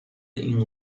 این